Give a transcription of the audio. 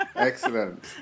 Excellent